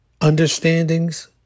understandings